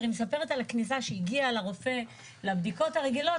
היא מספרת שהיא הגיעה לרופא לבדיקות הרגילות,